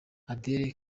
adele